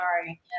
Sorry